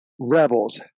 Rebels